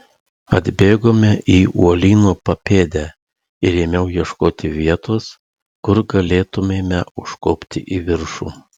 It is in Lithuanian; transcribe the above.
atbėgome į uolyno papėdę ir ėmiau ieškoti vietos kur galėtumėme užkopti į viršų